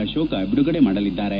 ಅಶೋಕ ಬಿಡುಗಡೆ ಮಾಡಲಿದ್ದಾರೆ